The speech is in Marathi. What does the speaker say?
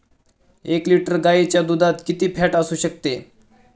एक लिटर गाईच्या दुधात किती फॅट असू शकते?